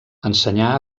ensenyà